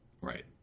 Right